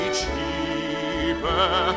cheaper